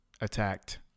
attacked